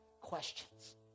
questions